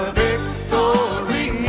victory